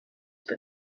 but